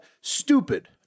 stupid